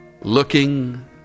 Looking